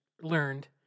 learned